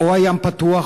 או הים פתוח,